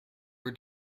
were